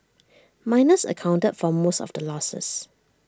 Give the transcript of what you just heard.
miners accounted for most of the losses